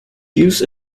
use